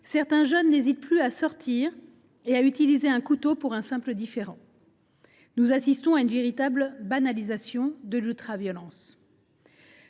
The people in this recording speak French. certains jeunes n’hésitent plus à sortir un couteau pour régler un simple différend. Nous assistons à une véritable banalisation de l’ultraviolence.